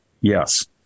yes